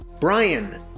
Brian